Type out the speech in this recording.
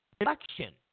election